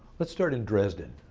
let's start in dresden.